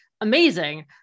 amazing